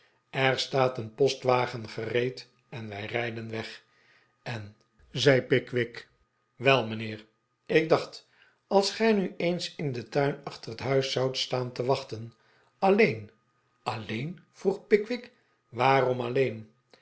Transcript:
er staat een postwagen gereed en wij rijden weg en zei pickwick wel mijnheer ik dacht als gij nu eens in den tuin achter het huis zou staan te wachten alleen alleen vroeg pickwick waarom alleen